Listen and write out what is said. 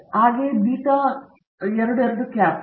ಇದು beta hat 11 beta hat 22 ಆಗಿದೆ